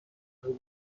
خواهی